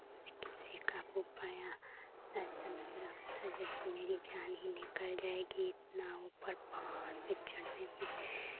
किसी तरह से काबू पाया ऐसा लग रहा था जैसे मेरी जान ही निकल जाएगी इतना ऊपर पहाड़ पे चढ़ने में